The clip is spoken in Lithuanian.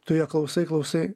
tu jo klausai klausai